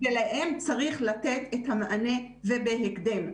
ולהם צריך לתת את המענה ובהקדם.